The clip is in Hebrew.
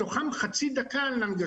מתוכם חצי דקה על הנגשה,